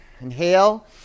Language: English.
inhale